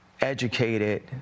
educated